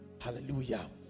Hallelujah